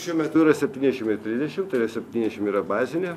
šiuo metu yra septyniašim ir trisdešim septyniašim yra bazinė